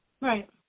Right